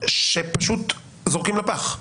שפשוט זורקים לפח.